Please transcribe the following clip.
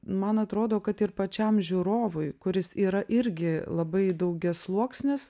man atrodo kad ir pačiam žiūrovui kuris yra irgi labai daugiasluoksnis